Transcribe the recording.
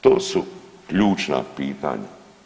To su ključna pitanja.